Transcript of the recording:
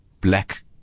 black